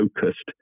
focused